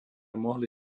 mohli